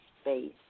space